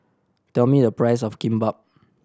tell me the price of Kimbap